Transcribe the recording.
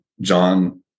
John